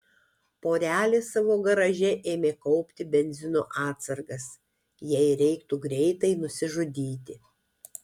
porelė savo garaže ėmė kaupti benzino atsargas jei reiktų greitai nusižudyti